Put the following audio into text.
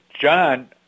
John